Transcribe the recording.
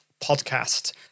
podcast